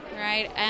right